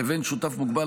לבין שותף מוגבל,